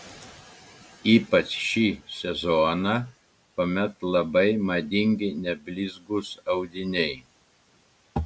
ypač šį sezoną kuomet labai madingi neblizgūs audiniai